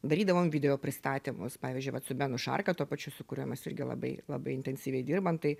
darydavom video pristatymus pavyzdžiui vat su benu šarka tuo pačiu su kuriuo mes irgi labai labai intensyviai dirbam tai